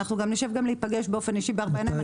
אנחנו ניפגש גם באופן אישי בארבע עיניים,